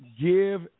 give